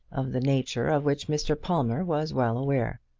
of the nature of which mr. palmer was well aware.